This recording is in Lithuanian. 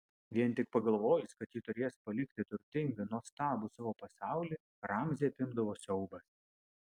vien tik pagalvojus kad ji turės palikti turtingą nuostabų savo pasaulį ramzį apimdavo siaubas